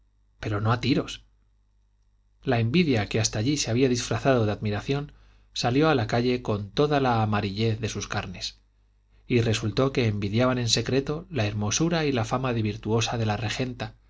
pero no a tiros la envidia que hasta allí se había disfrazado de admiración salió a la calle con toda la amarillez de sus carnes y resultó que envidiaban en secreto la hermosura y la fama de virtuosa de la regenta